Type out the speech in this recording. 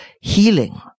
healing